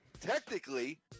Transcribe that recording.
technically